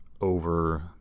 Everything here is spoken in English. over